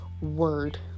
word